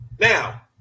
Now